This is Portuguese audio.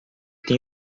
tem